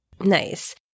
Nice